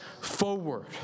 forward